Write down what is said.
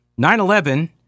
9/11